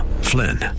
Flynn